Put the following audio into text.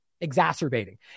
exacerbating